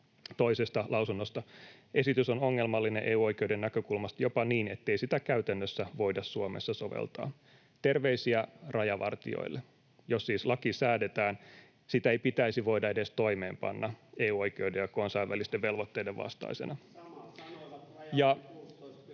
Toisesta lausunnosta: ”Esitys on ongelmallinen EU-oikeuden näkökulmasta jopa niin, ettei sitä käytännössä voida Suomessa soveltaa.” Terveisiä rajavartijoille: jos siis laki säädetään, sitä ei pitäisi voida edes toimeenpanna EU-oikeuden ja kansainvälisten velvoitteiden vastaisena. [Ben Zyskowicz: Samaa